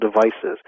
devices